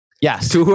Yes